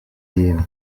yimye